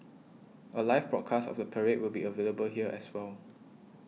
a live broadcast of the parade will be available here as well